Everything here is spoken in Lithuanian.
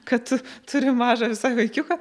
kad turiu mažą visai vaikiuką